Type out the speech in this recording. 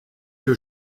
que